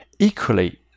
Equally